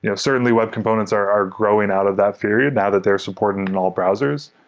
you know certainly, web components are growing out of that period now that they're supported in all browsers.